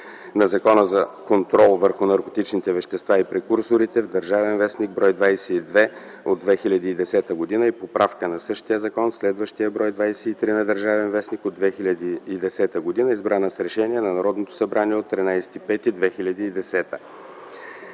на Закона за контрол върху наркотичните вещества и прекурсорите в „Държавен вестник”, бр. 22 от 2010 г., и поправка на същия закон в следващия бр. 23 на „Държавен вестник” от 2010 г., избрана с Решение на Народното събрание от 13 май 2010